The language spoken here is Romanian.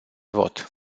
vot